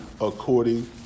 according